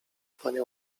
panie